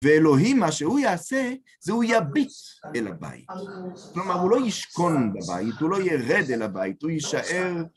ואלוהים מה שהוא יעשה, זה הוא יביט אל הבית, כלומר הוא לא ישכון בבית, הוא לא ירד אל הבית, הוא יישאר